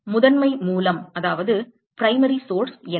முதன்மை மூலம் என்ன